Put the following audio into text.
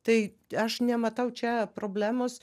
tai aš nematau čia problemos